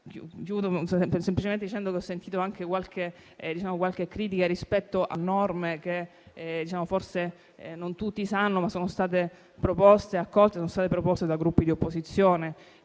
Ho sentito anche qualche critica rispetto a norme accolte che forse non tutti sanno che sono state proposte dai Gruppi di opposizione.